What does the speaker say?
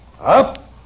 Up